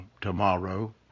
tomorrow